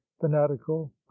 fanatical